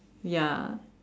ya